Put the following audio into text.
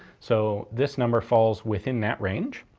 so this number falls within that range.